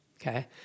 okay